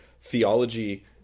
theology